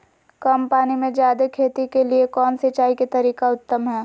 कम पानी में जयादे खेती के लिए कौन सिंचाई के तरीका उत्तम है?